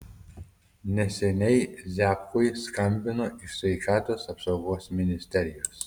neseniai ziabkui skambino iš sveikatos apsaugos ministerijos